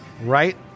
right